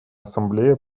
ассамблея